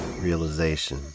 realization